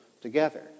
together